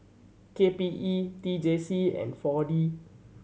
K P E T J C and Four D